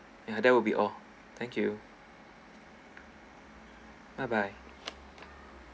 ya that will be all thank you bye bye